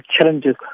challenges